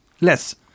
less